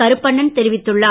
கருப்பண்ணன் தெரிவித்துள்ளார்